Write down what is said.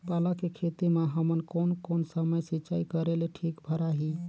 पाला के खेती मां हमन कोन कोन समय सिंचाई करेले ठीक भराही?